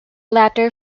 latter